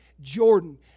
Jordan